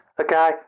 Okay